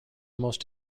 most